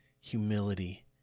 humility